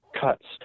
cuts